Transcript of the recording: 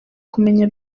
kumenya